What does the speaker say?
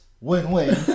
win-win